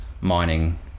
mining